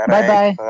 Bye-bye